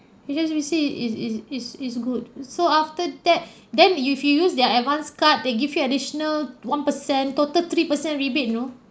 H_S_B_C is is is is good so after that then you if you use their advance card they give you additional one percent total three percent rebate you know